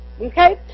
Okay